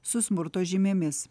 su smurto žymėmis